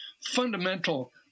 fundamental